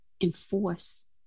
enforce